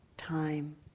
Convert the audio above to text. time